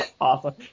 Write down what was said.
Awesome